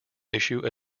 issue